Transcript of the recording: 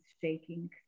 shaking